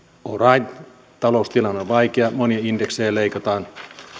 all right taloustilanne on vaikea monia indeksejä leikataan